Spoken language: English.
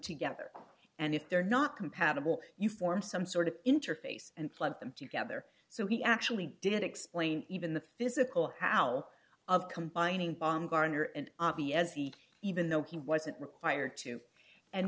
together and if they're not compatible you form some sort of interface and plug them together so he actually didn't explain even the physical how of combining baumgardner and b s he even though he wasn't required to and